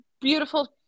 beautiful